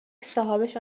صاحابش